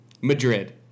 Madrid